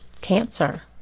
cancer